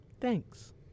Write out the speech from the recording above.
Thanks